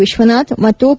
ವಿಶ್ವನಾಥ್ ಮತ್ತು ಕೆ